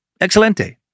Excelente